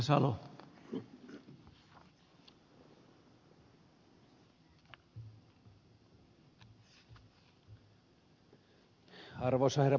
arvoisa herra puhemies